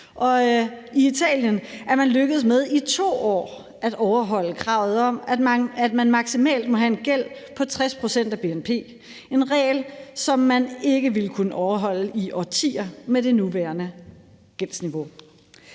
i Italien er man i 2 år lykkedes med at overholde kravet om, at man maksimalt må have en gæld på 60 pct. af bnp – en regel, som man ikke vil kunne overholde i årtier med det nuværende gældsniveau.